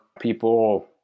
people